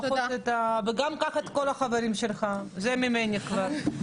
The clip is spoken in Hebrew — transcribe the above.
וגם קח את כל החברים שלך, זה ממני כבר.